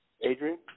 Adrian